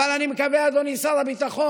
אבל אני מקווה, אדוני שר הביטחון,